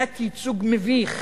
תת-ייצוג מביך